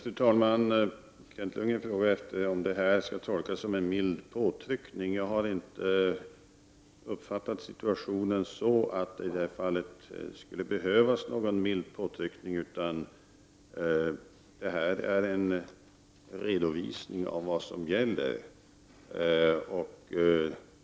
Fru talman! Kent Lundgren frågar om mitt svar skall tolkas som en mild påtryckning. Jag har inte uppfattat situationen så, att det i detta fall skulle behövas någon mild påtryckning. Detta är en redovisning av vad som gäller.